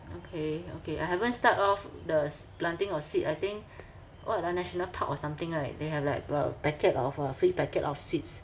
okay okay I haven't start off the s~ planting of seed I think what ah national park or something right they have like a packet of uh free packet of seeds